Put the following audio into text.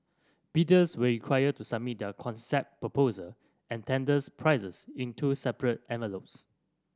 bidders were required to submit their concept proposal and tenders prices in two separate envelopes